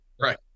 Right